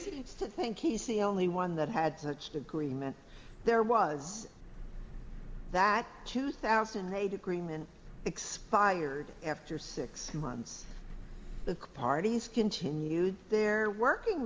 seems to think he's the only one that had such agreement there was that two thousand and eight agreement expires after six months the parties continued their working